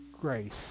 grace